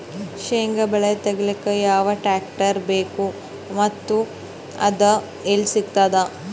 ಶೇಂಗಾ ಬೆಳೆ ತೆಗಿಲಿಕ್ ಯಾವ ಟ್ಟ್ರ್ಯಾಕ್ಟರ್ ಬೇಕು ಮತ್ತ ಅದು ಎಲ್ಲಿ ಸಿಗತದ?